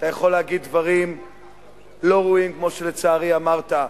אתה יכול להגיד דברים לא ראויים כמו שלצערי אמרת,